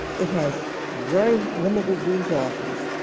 it has very limited resources.